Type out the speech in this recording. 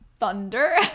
thunder